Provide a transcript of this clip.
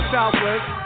Southwest